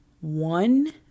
one